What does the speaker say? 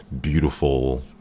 beautiful